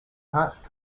hatch